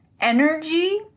Energy